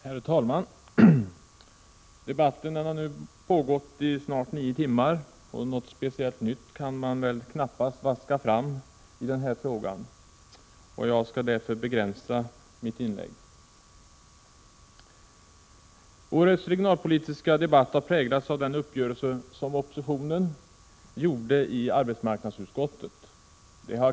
Herr talman! Debatten har nu pågått i snart nio timmar, och något speciellt nytt kan man väl knappast vaska fram i denna fråga. Jag skall därför begränsa mitt inlägg. Årets regionalpolitiska debatt har präglats av den uppgörelse som oppositionen gjorde i arbetsmarknadsutskottet.